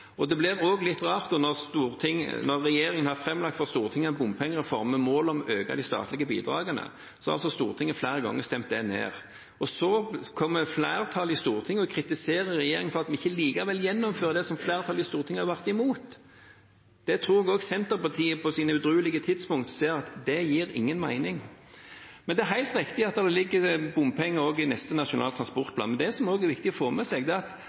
Det blir også litt rart at når regjeringen har framlagt for Stortinget en bompengereform med mål om å øke de statlige bidragene, så har Stortinget flere ganger stemt det ned, og så kommer flertallet i Stortinget og kritiserer regjeringen for at vi ikke likevel gjennomfører det som flertallet i Stortinget har vært imot. Det tror jeg også Senterpartiet på sine edruelige tidspunkt ser at ikke gir noen mening. Det er helt riktig at det ligger bompenger også i neste nasjonale transportplan. Men det som også er viktig å få med seg, er at